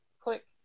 click